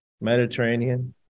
Mediterranean